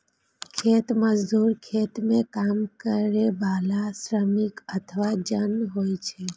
खेत मजदूर खेत मे काम करै बला श्रमिक अथवा जन होइ छै